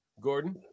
Gordon